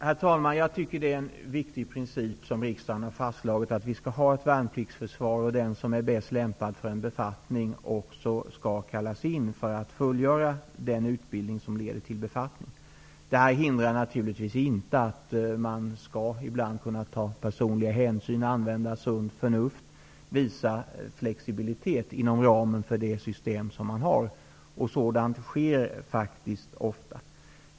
Herr talman! Riksdagen har fastslagit en viktig princip, nämligen att vi skall ha ett värnpliktsförsvar och att den som är bäst lämpad för en befattning också skall kallas in för att fullgöra den utbildning som leder till denna befattning. Detta hindrar naturligtvis inte att man ibland kan ta personliga hänsyn och använda sunt förnuft samt visa flexibilitet inom ramen för det existerande systemet. Så sker faktiskt ofta.